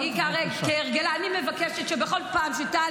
לא, אני רוצה תוספת זמן, ויש לך את האפשרות.